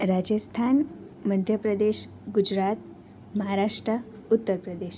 Rajasthan Madhya Pradesh Gujarat Maharashtra Uttar Pradesh